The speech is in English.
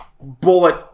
bullet